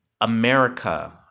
America